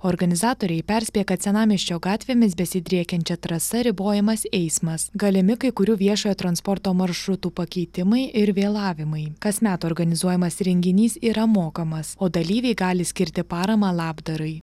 organizatoriai perspėja kad senamiesčio gatvėmis besidriekiančia trasa ribojamas eismas galimi kai kurių viešojo transporto maršrutų pakeitimai ir vėlavimai kasmet organizuojamas renginys yra mokamas o dalyviai gali skirti paramą labdarai